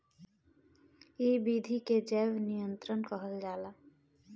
इ विधि के जैव नियंत्रण कहल जाला